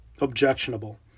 objectionable